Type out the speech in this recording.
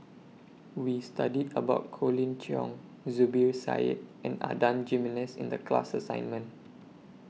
We studied about Colin Cheong Zubir Said and Adan Jimenez in The class assignment